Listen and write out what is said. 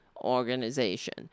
organization